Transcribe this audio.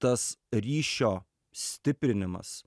tas ryšio stiprinimas